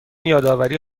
یادآوری